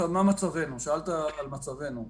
שאלת מה מצבנו.